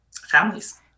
families